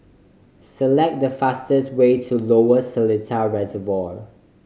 select the fastest way to Lower Seletar Reservoir